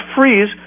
freeze